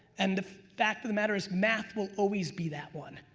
and the fact of the matter is math will always be that one.